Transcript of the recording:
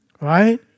Right